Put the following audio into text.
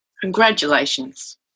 Congratulations